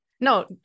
no